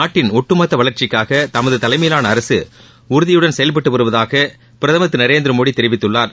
நாட்டின் ஒட்டுமொத்த வளர்ச்சிக்காக தமது தலைமையிலான அரசு உறுதியுடன் செயல்பட்டு வருவதாக பிரதமர் திரு நரேந்திர மோடி தெரிவித்துள்ளார்